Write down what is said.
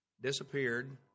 disappeared